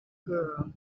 girl